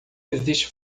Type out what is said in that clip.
existe